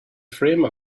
frame